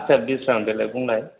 आदसा बिरस्रां देलाय बुंलाय